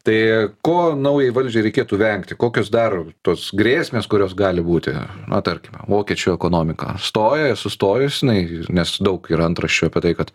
tai ko naujai valdžiai reikėtų vengti kokios dar tos grėsmės kurios gali būti tarkim vokiečių ekonomika stoja sustojus jinai nes daug yra antraščių apie tai kad